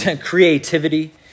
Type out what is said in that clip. creativity